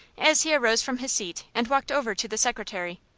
as he arose from his seat, and walked over to the secretary.